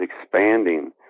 expanding